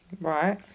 Right